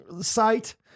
site